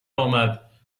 آمد